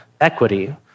equity